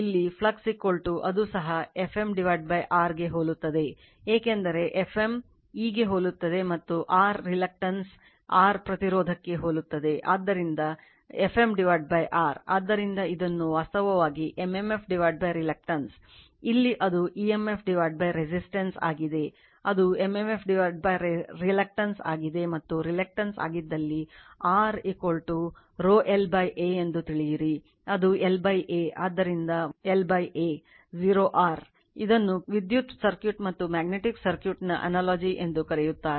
ಮತ್ತು current I E R ಅದು emf R ಎಂದು ತಿಳಿದಿದೆ ಮತ್ತು ಇಲ್ಲಿ ಫ್ಲಕ್ಸ್ ಅದು ಸಹ Fm R ಗೆ ಹೋಲುತ್ತದೆ ಏಕೆಂದರೆ Fm E ಗೆ ಹೋಲುತ್ತದೆ ಮತ್ತು R reluctance ಎಂದು ಕರೆಯುತ್ತಾರೆ